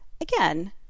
Again